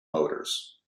motors